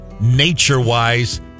nature-wise